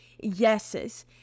yeses